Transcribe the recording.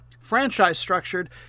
franchise-structured